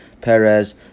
Perez